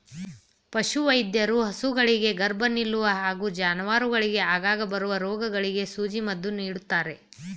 ಪಶುವೈದ್ಯರು ಹಸುಗಳಿಗೆ ಗರ್ಭ ನಿಲ್ಲುವ ಹಾಗೂ ಜಾನುವಾರುಗಳಿಗೆ ಆಗಾಗ ಬರುವ ರೋಗಗಳಿಗೆ ಸೂಜಿ ಮದ್ದು ನೀಡ್ತಾರೆ